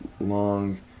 long